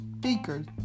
speakers